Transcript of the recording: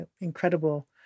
incredible